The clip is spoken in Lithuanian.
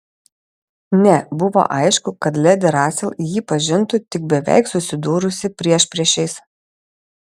ne buvo aišku kad ledi rasel jį pažintų tik beveik susidūrusi priešpriešiais